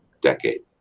decade